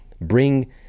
bring